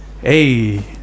hey